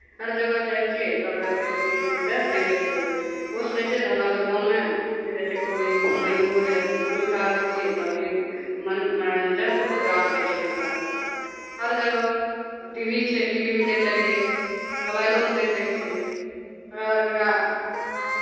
हर जगह जाइ छियै तब देखै छियै नहि तऽ नहि देखि पयबै ओ सुनै छियै हमरा सभ गाँवमे चलि जाइ छियै गाँव घुमैओ लए घुमि कऽ आबै छियै तभी मन् मनोरञ्जनके पूरा होइ छै हमरा सभके हर जगह आब टी वी छै टी वी मे देख लेलियै मोबाइलोमे देखि लै छियै तकरबाद हिनका